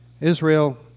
Israel